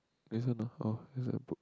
this one ah orh this one I put